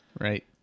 right